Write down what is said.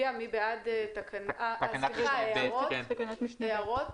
יש הערות?